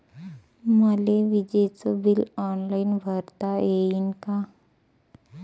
मले विजेच bill online भरता येईन का?